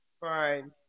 Fine